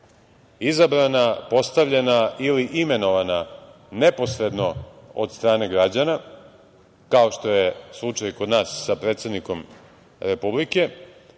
izabrana, postavljena ili imenovana neposredno od strane građana, kao što je slučaj kod nas sa predsednikom Republike,